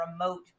remote